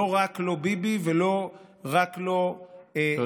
לא "רק לא ביבי" ולא "רק לא החרדים".